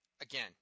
Again